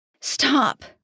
Stop